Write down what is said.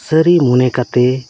ᱥᱟᱹᱨᱤ ᱢᱚᱱᱮ ᱠᱟᱛᱮ